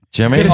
Jimmy